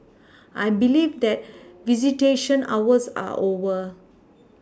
I believe that visitation hours are over